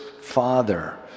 Father